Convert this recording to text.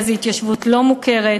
איזו התיישבות לא מוכרת.